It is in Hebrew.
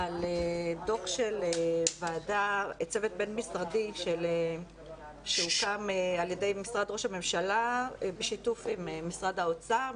של צוות בין משרדי שהוקם על ידי משרד ראש הממשלה בשיתוף עם משרד האוצר,